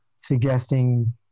suggesting